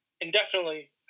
indefinitely